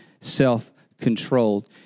self-controlled